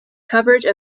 coverage